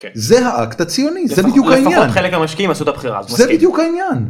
‫זה האקט הציוני, זה בדיוק העניין. ‫-לפחות חלק מהמשקיעים עשו את הבחירה. ‫זה בדיוק העניין.